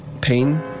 pain